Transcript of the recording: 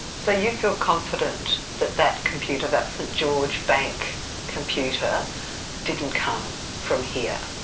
so you feel confident that that computer, that st george bank computer didn't come from here?